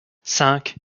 cinq